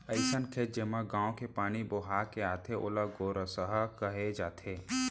अइसन खेत जेमा गॉंव के पानी बोहा के आथे ओला गोरसहा कहे जाथे